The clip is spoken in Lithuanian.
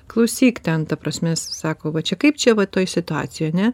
klausyk ten ta prasmės sako va čia kaip čia va toj situacijoj ane